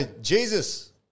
Jesus